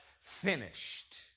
finished